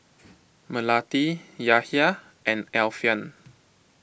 Melati Yahya and Alfian